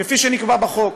כפי שנקבע בחוק.